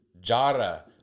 Jara